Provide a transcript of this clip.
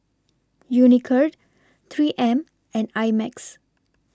Unicurd three M and I Max